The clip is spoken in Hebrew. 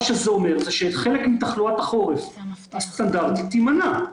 שזה אומר זה שחלק מתחלואת החורף הסטנדרטית תימנע,